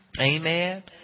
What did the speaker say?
Amen